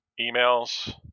emails